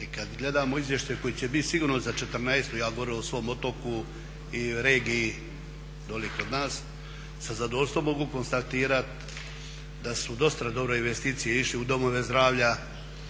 kad gledamo izvještaj koji će biti sigurno za 2014., ja govorim o svom otoku i regiji dole kod nas, sa zadovoljstvom mogu konstatirati da su dosta dobro investicije išle u domove zdravlja,